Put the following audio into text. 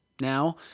Now